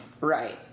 Right